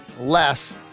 less